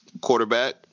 quarterback